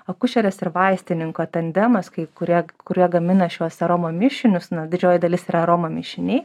akušerės ir vaistininko tandemas kai kurie kurie gamina šiuos aroma mišinius na didžioji dalis yra aroma mišiniai